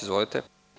Izvolite.